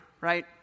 right